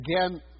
again